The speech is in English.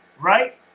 right